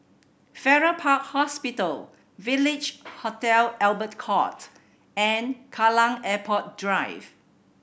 Farrer Park Hospital Village Hotel Albert Court and Kallang Airport Drive